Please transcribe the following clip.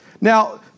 Now